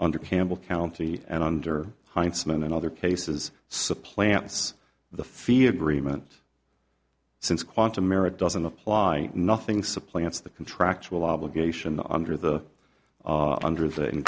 under campbell county and under heinsohn and other cases supplants the fee agreements since quantum merit doesn't apply nothing supplants the contractual obligation under the under th